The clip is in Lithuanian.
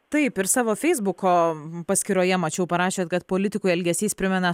taip ir savo feisbuko paskyroje mačiau parašėt kad politikų elgesys primena